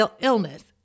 illness